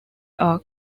are